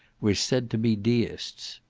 were said to be deists.